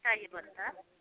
चाहियो भने त